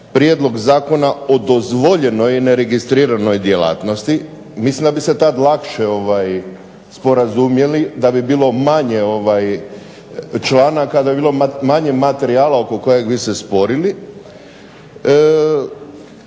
prijedlog zakona o nedozvoljenoj neregistriranoj djelatnosti, mislim da bi se tada lakše sporazumjeli, da bi bilo manje članaka, da bi bilo manje materijala oko kojeg bi se sporili,